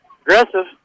Aggressive